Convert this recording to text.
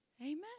Amen